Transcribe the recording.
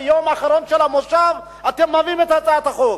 ביום האחרון של המושב אתם מביאים את הצעת החוק?